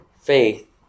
faith